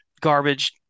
garbage